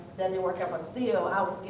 then they work up a steal